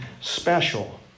special